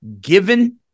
given